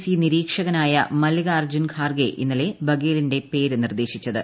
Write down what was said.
C നിരീക്ഷകനായ മല്ലികാർജ്ജുന ഖാർഗെ ഇന്നലെ ബാഗേലിന്റെ പേര് നിർദ്ദേശിച്ചത്